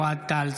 אוהד טל,